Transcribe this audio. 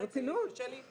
קשה לי.